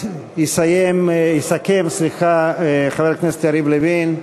יסיים, יסכם, סליחה, חבר הכנסת יריב לוין,